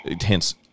hence